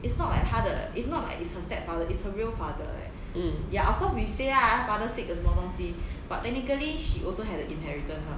mm